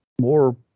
more